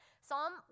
Psalm